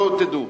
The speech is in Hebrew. בואו תדעו.